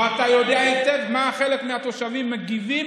ואתה יודע היטב איך חלק מהתושבים מגיבים